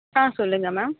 ஆ சொல்லுங்க மேம்